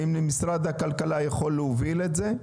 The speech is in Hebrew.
האם משרד הכלכלה יכול להוביל את זה?